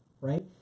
right